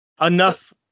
Enough